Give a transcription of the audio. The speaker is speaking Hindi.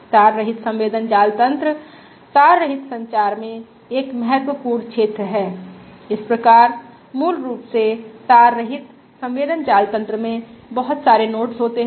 तार रहित संवेदन जाल तन्त्र तार रहित संचार में एक महत्वपूर्ण क्षेत्र है इस प्रकार मूल रूप से तार रहित संवेदन जाल तन्त्र में बहुत सारे नोड्स होते हैं